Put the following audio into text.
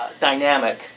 dynamic